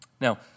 Now